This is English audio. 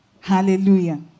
Hallelujah